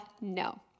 no